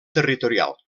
territorial